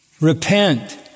Repent